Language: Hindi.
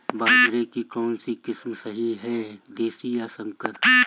बाजरे की कौनसी किस्म सही हैं देशी या संकर?